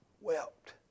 wept